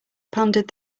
pondered